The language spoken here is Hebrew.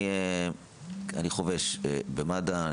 אני חובש במד"א,